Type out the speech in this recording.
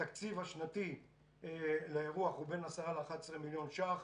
התקציב השנתי לאירוח הוא בין 10 ל-11 מיליון ש"ח,